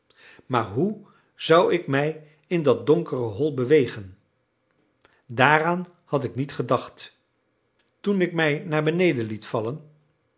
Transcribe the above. maar hoe zou ik mij in dat donkere hol bewegen daaraan had ik niet gedacht toen ik mij naar beneden liet vallen